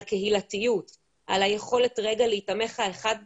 על קהילתיות, על היכולת רגע להיתמך האחד בשני,